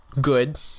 good